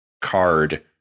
card